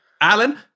Alan